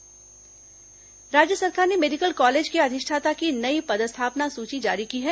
dean तबादला राज्य सरकार ने मेडिकल कालेज के अधिष्ठाता की नई पदस्थापना सूची जारी की है